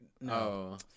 No